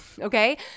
okay